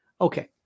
Okay